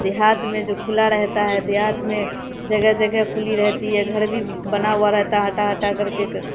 دیہات میں جو کھلا رہتا ہے دیہات میں جگہ جگہ کھلی رہتی ہے گھر بھی بنا ہوا رہتا ہے ہٹا ہٹا کر کے